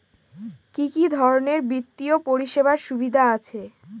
কি কি ধরনের বিত্তীয় পরিষেবার সুবিধা আছে?